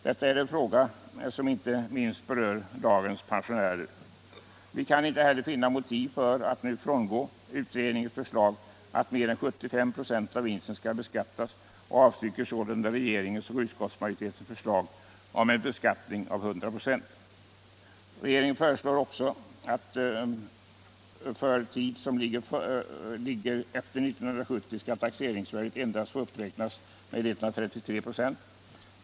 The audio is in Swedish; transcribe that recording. Detta är en fråga som inte minst berör dagens pensionärer. Vi kan inte heller finna motiv för att nu frångå utredningens förslag att mer än 75 96 av vinsten skall beskattas och avstyrker sålunda regeringens och utskottsmajoritetens förslag om en beskattning av 100 96. Regeringen föreslår också att för tid som ligger efter 1970 skall taxeringsvärdet endast få uppräknas med 133 246.